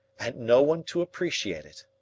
and no one to appreciate it?